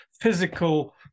physical